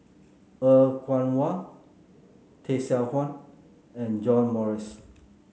Er Kwong Wah Tay Seow Huah and John Morrice